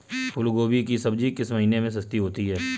फूल गोभी की सब्जी किस महीने में सस्ती होती है?